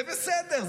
זה בסדר.